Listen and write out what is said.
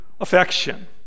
affection